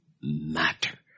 matter